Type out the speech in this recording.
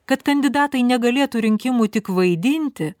kad kandidatai negalėtų rinkimų tik vaidinti